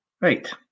Right